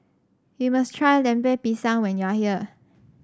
you must try Lemper Pisang when you are here